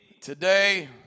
Today